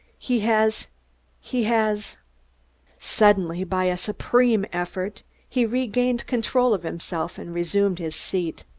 he has he has suddenly, by a supreme effort, he regained control of himself, and resumed his seat.